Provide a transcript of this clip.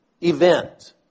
event